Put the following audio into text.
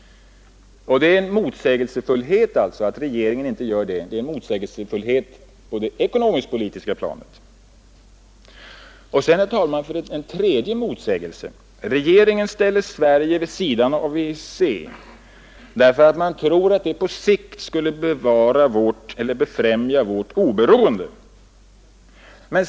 Det är alltså en motsägelsefullhet på det ekonomisk-politiska planet att regeringen inte gör det. Sedan, herr talman, finns det också en tredje motsägelse. Regeringen ställer Sverige vid sidan av EEC därför att man tror att detta på sikt skulle befrämja vårt oberoende.